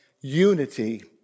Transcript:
unity